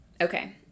Okay